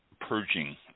purging